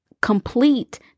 complete